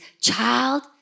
child